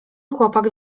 chłopak